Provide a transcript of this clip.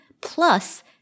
plus